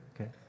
Okay